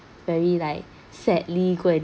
very like sadly go and